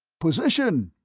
position!